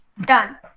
done